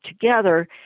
together